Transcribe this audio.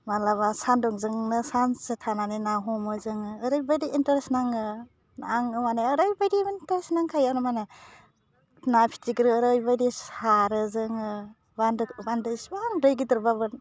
मालाबा सान्दुंजोंनो सानसे थानानै ना हमो जोङो ओरैबायदि इन्टारेस्ट नाङो आं माने ओरैबायदि इन्टारेस्ट नांखायो माने ना फिथिख्रि ओरैबायदि सारो जोङो बान्दो बान्दो इसिबां दै गिदिरबाबो